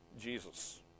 Jesus